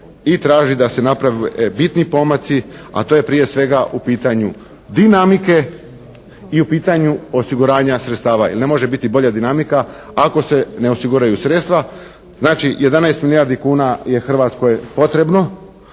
i traži da se naprave bitni pomaci, a to je prije svega u pitanju dinamike i u pitanju osiguranja sredstava jer ne može biti bolja dinamika ako se ne osiguraju sredstva. Znači 11 milijardi kuna je Hrvatskoj potrebno